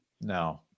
No